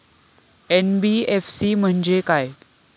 NBFC म्हणजे काय?